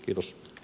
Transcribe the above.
kiitos